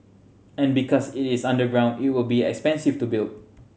and because it is underground it will be expensive to build